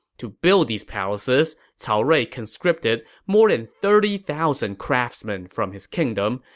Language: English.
to build these palaces, cao rui conscripted more than thirty thousand craftsmen from his kingdom,